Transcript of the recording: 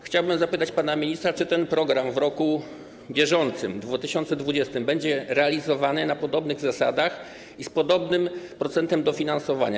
Chciałbym zapytać pana ministra, czy ten program w roku bieżącym, 2020, będzie realizowany na podobnych zasadach i z podobnym procentem dofinansowania.